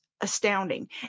astounding